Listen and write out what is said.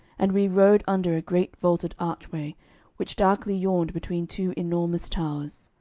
and we rode under a great vaulted archway which darkly yawned between two enormous towers.